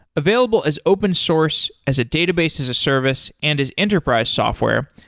available as open source as a database as a service and as enterprise software,